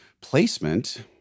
placement